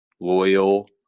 loyal